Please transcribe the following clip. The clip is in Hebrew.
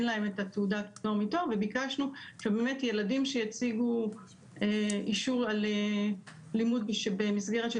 להם את תעודת הפטור מתור וביקשנו שילדים שיציגו אישור על לימוד במסגרת של